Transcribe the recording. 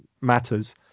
matters